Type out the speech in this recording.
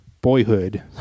boyhood